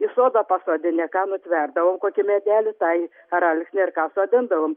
į sodą pasodinę ką nutverdavau kokį medelį tai ar alksnį ar ką sodindavom